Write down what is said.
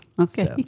okay